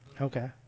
Okay